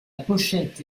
pochette